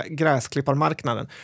gräsklipparmarknaden